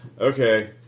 Okay